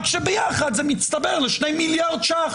רק שביחד זה מצטבר ל-2 מיליארד ש"ח.